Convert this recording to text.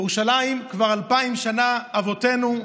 כבר אלפיים שנה אבותינו,